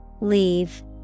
Leave